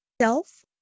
self